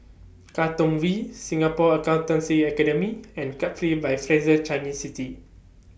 Katong V Singapore Accountancy Academy and Capri By Fraser Changi City